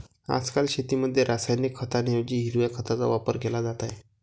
आजकाल शेतीमध्ये रासायनिक खतांऐवजी हिरव्या खताचा वापर केला जात आहे